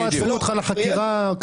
בחקירה.